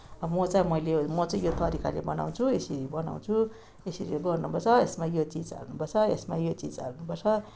अब म चाहिँ मैले म चाहिँ यो तरिकाले बनाउँछु यसरी बनाउँछु यसरी गर्नुपर्छ यसमा यो चिज हाल्नुपर्छ यसमा यो चिज हाल्नुपर्छ